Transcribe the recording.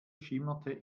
schimmerte